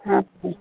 अच्छा